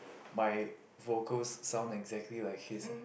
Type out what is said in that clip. my vocals sound exactly like his leh